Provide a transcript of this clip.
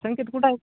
संकेत कुठे आहे